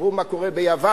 תראו מה קורה ביוון,